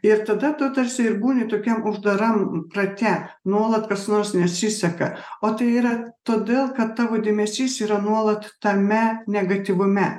ir tada tu tarsi ir būni tokiam uždaram rate nuolat kas nors nesiseka o tai yra todėl kad tavo dėmesys yra nuolat tame negatyvume